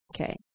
Okay